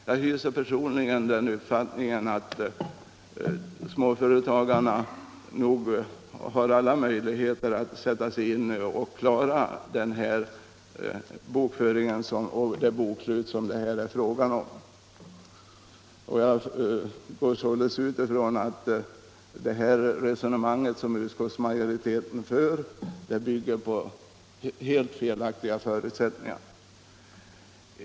Jag hyser personligen den uppfattningen att småföretagarna har alla möjligheter att sätta sig in i bokföringen och klara de bokslut som det här är fråga om. Jag utgår således ifrån att det resonemang som utskottsmajoriteten för bygger på helt felaktiga förutsättningar.